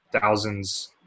thousands